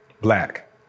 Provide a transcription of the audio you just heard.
black